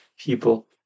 people